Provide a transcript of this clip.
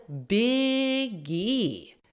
biggie